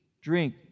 drink